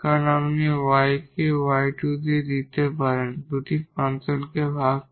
কারণ আপনি 𝑦1 কে 𝑦2 দিয়ে নিতে পারেন দুইটি ফাংশনকে ভাগ করে